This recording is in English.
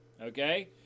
Okay